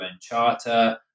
Charter